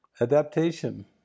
Adaptation